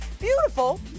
beautiful